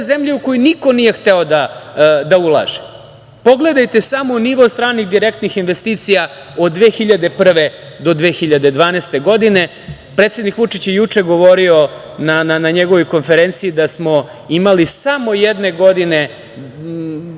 zemlje u koju niko nije hteo da ulaže. Pogledajte samo nivo stranih direktnih investicija od 2001. godine do 2012. godine. Predsednik Vučić je juče govorio na njegovoj konferenciji da smo imali samo jedne godine